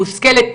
מושכלת,